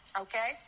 Okay